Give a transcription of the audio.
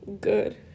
good